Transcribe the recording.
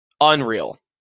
unreal